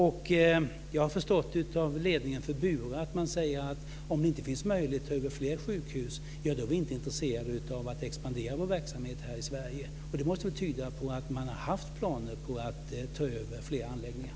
Jag har förstått av ledningen för Bure att man säger att om det inte finns möjlighet att ta över fler sjukhus så är vi inte intresserade av att expandera vår verksamhet här i Sverige. Det måste väl tyda på att man har haft planer på att ta över flera anläggningar.